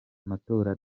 amatora